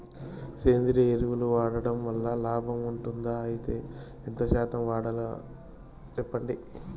సేంద్రియ ఎరువులు వాడడం వల్ల లాభం ఉంటుందా? అయితే ఎంత శాతం వాడాలో చెప్పండి?